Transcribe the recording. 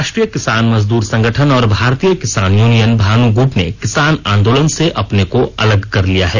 राष्ट्रीय किसान मजदूर संगठन और भारतीय किसान यूनियन भानु गुट ने किसान आंदोलन से अपने को अलग कर लिया हैं